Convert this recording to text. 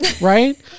right